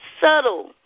Subtle